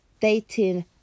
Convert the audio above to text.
dating